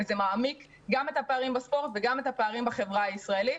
וזה מעמיק גם את הפערים בספורט וגם את הפערים בחברה הישראלית.